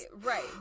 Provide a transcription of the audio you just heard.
right